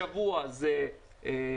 שבוע זה ככה?